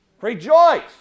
Rejoice